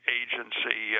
agency